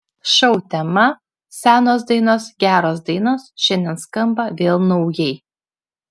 šou tema senos dainos geros dainos šiandien skamba vėl naujai